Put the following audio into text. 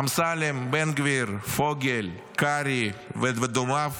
אמסלם, בן גביר, פוגל, קרעי ודומיו